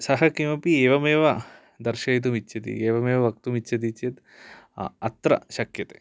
सः किमपि एवमेव दर्शयितुमिच्छति एवमेव वक्तुमिच्छति चेत् अत्र शक्यते